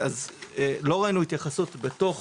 לא ראינו התייחסות בתוך